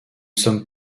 sommes